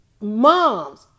moms